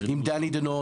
עם דני דנון,